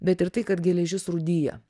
bet ir tai kad geležis rūdija